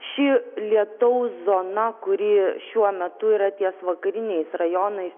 ši lietaus zona kuri šiuo metu yra ties vakariniais rajonais